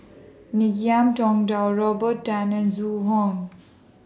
Ngiam Tong Dow Robert Tan and Zhu Hong